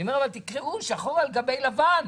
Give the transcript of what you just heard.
אני אומר להם תקראו, שחור על גבי לבן,